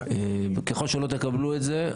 ככל שלא תקבלו את זה,